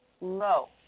low